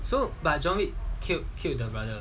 so but john wick killed killed the brother